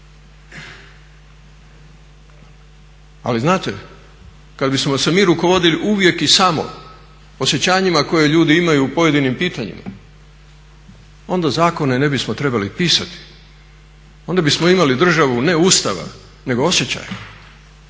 Ali znate, kad bismo se mi rukovodili uvijek i samo osjećanjima koje ljudi imaju u pojedinim pitanjima onda zakone ne bismo trebali pisati, onda bismo imali državu ne Ustava nego osjećaja.